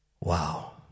Wow